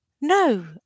no